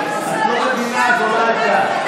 זו הקריאה הראשונה שלי.